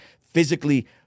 Physically